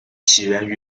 起源